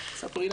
אני רוצה לומר